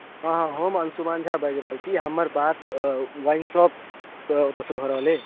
हँ हम अंशुमान झा बाजि रहल छी हमर बात वाइन शॉप ओतयसँ भऽ रहल अइ